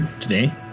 today